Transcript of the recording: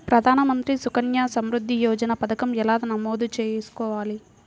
ప్రధాన మంత్రి సుకన్య సంవృద్ధి యోజన పథకం ఎలా నమోదు చేసుకోవాలీ?